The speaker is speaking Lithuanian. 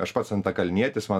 aš pats antakalnietis man